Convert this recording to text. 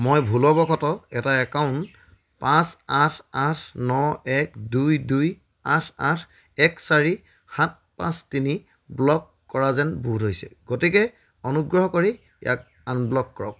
মই ভুলবশতঃ এটা একাউণ্ট পাঁচ আঠ আঠ ন এক দুই দুই আঠ আঠ এক চাৰি সাত পাঁচ তিনি ব্লক কৰা যেন বোধ হৈছে গতিকে অনুগ্ৰহ কৰি ইয়াক আনব্লক কৰক